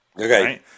Okay